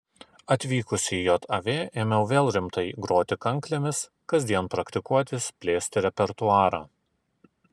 atvykusi į jav ėmiau vėl rimtai groti kanklėmis kasdien praktikuotis plėsti repertuarą